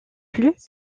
plus